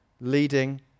leading